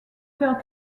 faire